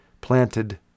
planted